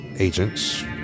agents